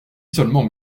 seulement